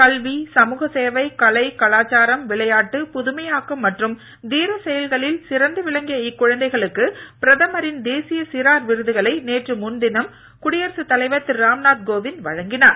கல்வி சமூக சேவை கலை கலாச்சாரம் விளையாட்டு புதுமையாக்கம் மற்றும் தீரச் செயல்களில் சிறந்து விளங்கிய இக்குழந்தைகளுக்கு பிரதமரின் தேசிய சிறார் விருதுகளை நேற்று முன் தினம் குடியரசு தலைவர் திரு ராம் நாத் கோவிந்த் வழங்கினார்